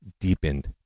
deepened